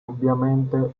obviamente